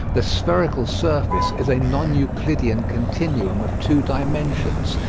the spherical surface is a non-euclidean continuum of two dimensions,